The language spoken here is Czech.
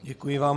Děkuji vám.